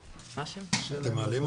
מרעי)